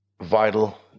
vital